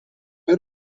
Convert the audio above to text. per